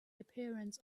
appearance